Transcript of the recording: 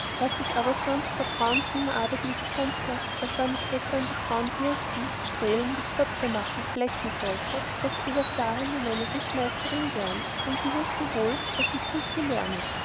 was ich aber sonst vor frauenzimmerarbeit nicht konnte als wann ich etwan die frau bürsten strählen und zöpfe machen flechten sollte das übersahe mir meine rittmeisterin gern dann sie wußte wohl daß ichs nicht gelernet